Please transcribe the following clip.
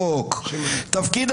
לכת,